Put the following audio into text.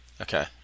okay